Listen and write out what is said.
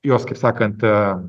jos kaip sakant a